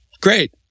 great